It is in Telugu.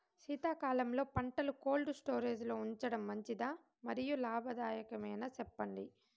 శీతాకాలంలో పంటలు కోల్డ్ స్టోరేజ్ లో ఉంచడం మంచిదా? మరియు లాభదాయకమేనా, సెప్పండి